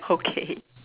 okay